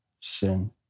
sin